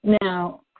Now